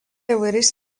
įvairiais